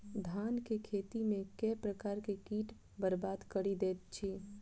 धान केँ खेती मे केँ प्रकार केँ कीट बरबाद कड़ी दैत अछि?